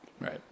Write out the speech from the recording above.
Right